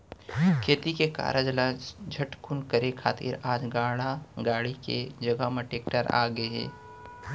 खेती के कारज ल झटकुन करे खातिर आज गाड़ा गाड़ी के जघा म टेक्टर आ गए हे